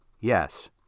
Yes